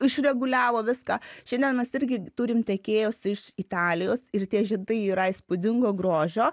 išreguliavo viską šiandien mes irgi turim tiekėjus iš italijos ir tie žiedai yra įspūdingo grožio